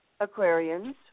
Aquarians